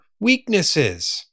weaknesses